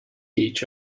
each